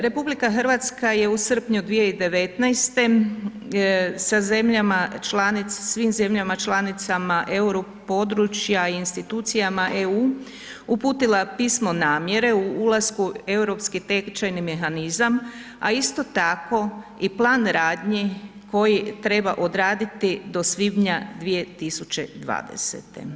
RH je u srpnju 2019. sa zemljama članicama, svim zemljama članicama euro područja i institucijama EU, uputila pismo namjere o ulasku u europski tečajni mehanizam, a isto tako i plan radnji koji treba odraditi do svibnja 2020.